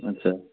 আচ্ছা